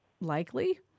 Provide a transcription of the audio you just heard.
likely